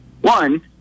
One